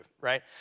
right